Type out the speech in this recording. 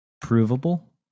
provable